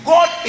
God